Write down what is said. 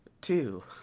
Two